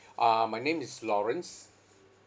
uh my name is lawrence